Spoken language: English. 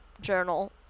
journal